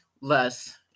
less